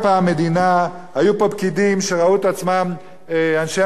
היו פה פקידים שראו את עצמם אנשי המגזר הציבורי,